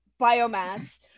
biomass